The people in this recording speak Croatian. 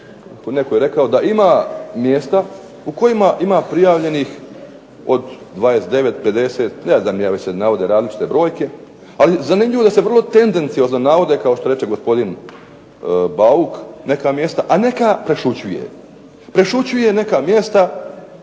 reče ovdje, da ima mjesta u kojima ima prijavljenih 29, 50, već se navode različite brojke, ali zanimljivo da se vrlo tendenciozno navode kao što reče gospodin Bauk neka mjesta, a neka prešućuje. Prešućuje neka mjesta